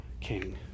king